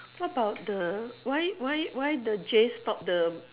what about the why why why the Jay stop the